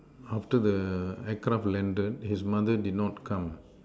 after the aircraft landed his mother did not come